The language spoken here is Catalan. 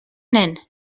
nen